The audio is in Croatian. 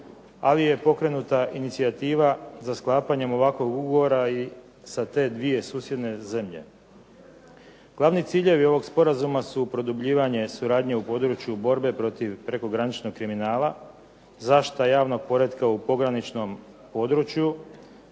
ali je pokrenuta inicijativa za sklapanjem ovakvog ugovora i sa te dvije susjedne zemlje. Glavni ciljevi ovog sporazuma su produbljivanje suradnje u području borbe protiv prekograničnog kriminala, zaštita javnog poretka u pograničnom području